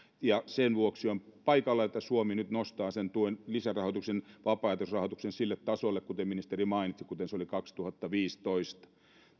ja sen vuoksi on paikallaan että suomi nyt nostaa sen tuen lisärahoituksen vapaaehtoisrahoituksen sille tasolle kuten ministeri mainitsi kuten se oli kaksituhattaviisitoista